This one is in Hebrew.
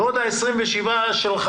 ועוד ה-27 שלך.